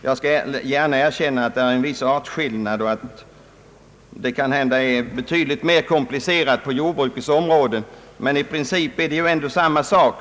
Jag skall gärna erkänna att det där finns en viss artskillnad och att det kanske är betydligt mera komplicerat på jordbrukets område, men i princip är det ändå samma sak.